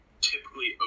typically